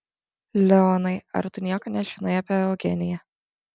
leonai ar tu nieko nežinai apie eugeniją